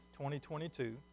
2022